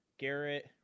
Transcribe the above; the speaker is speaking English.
Garrett